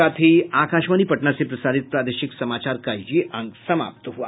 इसके साथ ही आकाशवाणी पटना से प्रसारित प्रादेशिक समाचार का ये अंक समाप्त हुआ